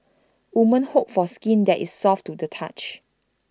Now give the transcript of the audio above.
women hope for skin that is soft to the touch